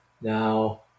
Now